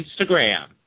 Instagram